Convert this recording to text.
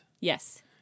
Yes